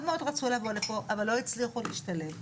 מאוד רצו לבוא לפה אבל לא הצליחו להשתלב.